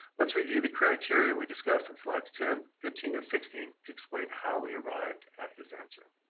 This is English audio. let's review the criteria we discussed in slides ten, fifteen and sixteen to explain how we arrived at this answer